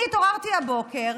אני התעוררתי הבוקר